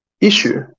issue